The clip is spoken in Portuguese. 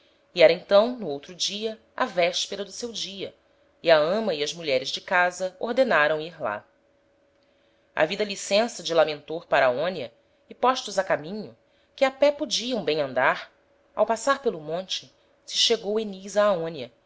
e era então no outro dia a vespera do seu dia e a ama e as mulheres de casa ordenaram ir lá havida licença de lamentor para aonia e postos a caminho que a pé podiam bem andar ao passar pelo monte se chegou enis a